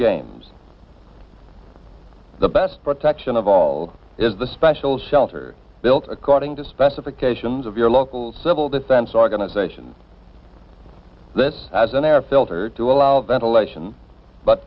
games the best protection of all is the special shelter built according to specifications of your local civil defense organization this as an air filter to allow ventilation but